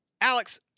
Alex